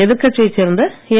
எதிர்கட்சியை சேர்ந்த என்